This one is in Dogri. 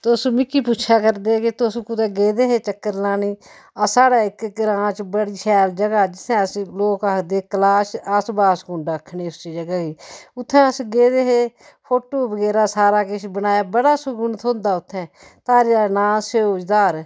तुस मिकी पुच्छै करदे कि तुस कुतै गेदे हे चक्कर लाने ई साढ़ै इक ग्रांऽ च बड़ी शैल जगह ऐ जिसी अस लोक आखदे कलाश अस बासकुण्ड आक्खने उसी जगह गी उत्थै अस गेदे हे फोटू बगैरा सारा किश बनाया बड़ा सकून थ्होंदा उत्थे धारें दा नांऽ ऐ स्यूजधार